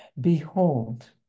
Behold